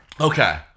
Okay